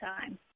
time